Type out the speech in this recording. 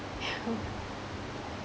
oh